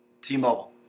T-Mobile